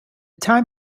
time